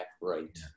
right